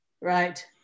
right